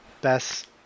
Best